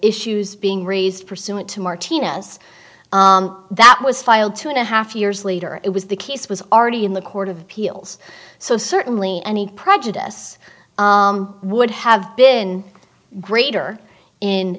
issues being raised pursuant to martinez that was filed two and a half years later it was the case was already in the court of appeals so certainly any prejudice would have been greater in